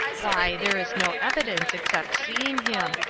why, there is no evidence, except seeing him.